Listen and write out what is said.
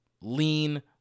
lean